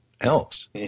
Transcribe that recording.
else